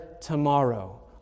tomorrow